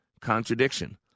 contradiction